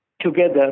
together